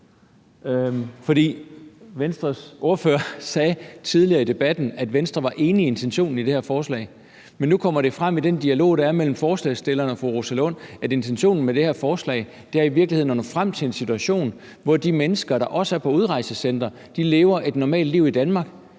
For Venstres ordfører sagde tidligere i debatten, at Venstre var enig i intentionen i det forslag, men nu kommer det frem i den dialog, der er mellem forslagsstilleren og fru Rosa Lund, at intentionen med det her forslag i virkeligheden er at nå frem til en situation, hvor de mennesker, der er på udrejsecentre, lever et normalt liv i Danmark.